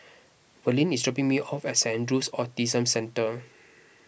Verlene is dropping me off at Saint andrew's Autism Centre